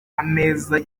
ameza